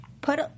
put